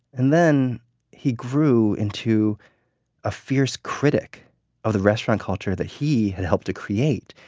and then he grew into a fierce critic of the restaurant culture that he had helped to create,